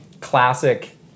classic